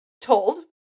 told